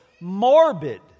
Morbid